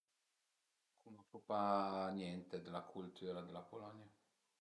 Cunosu pa niente d'la cultüra d'la Polonia